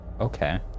okay